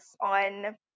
on